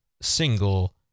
single